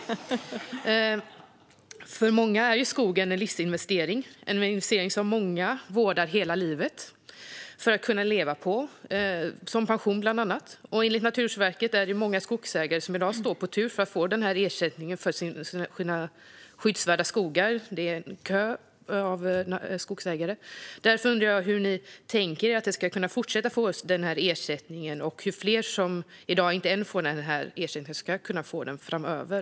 För många är skogen en livsinvestering. Det är en investering som många vårdar hela livet för att kunna leva på som pension, bland annat. Enligt Naturvårdsverket är det många skogsägare som i dag står på tur för att få ersättning för sina skyddsvärda skogar. Det är en kö av skogsägare. Därför undrar jag hur ni tänker er att ersättningen ska kunna fortsätta betalas ut och hur fler som i dag ännu inte får den här ersättningen ska kunna få den framöver.